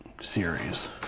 series